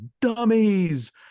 dummies